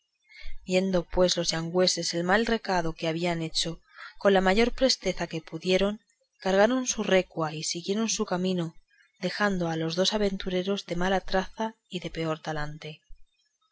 viendo pues los gallegos el mal recado que habían hecho con la mayor presteza que pudieron cargaron su recua y siguieron su camino dejando a los dos aventureros de mala traza y de peor talante